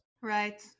Right